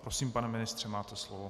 Prosím, pane ministře, máte slovo.